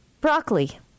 Broccoli